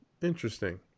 Interesting